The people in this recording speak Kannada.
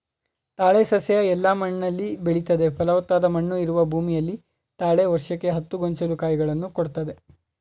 ತಾಳೆ ಸಸ್ಯ ಎಲ್ಲ ಮಣ್ಣಲ್ಲಿ ಬೆಳಿತದೆ ಫಲವತ್ತಾದ ಮಣ್ಣು ಇರುವ ಭೂಮಿಯಲ್ಲಿ ತಾಳೆ ವರ್ಷಕ್ಕೆ ಹತ್ತು ಗೊಂಚಲು ಕಾಯಿಗಳನ್ನು ಕೊಡ್ತದೆ